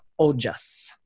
ojas